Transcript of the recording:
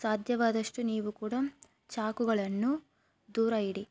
ಸಾಧ್ಯವಾದಷ್ಟು ನೀವು ಕೂಡ ಚಾಕುಗಳನ್ನು ದೂರ ಇಡಿ